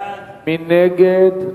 מי נגד?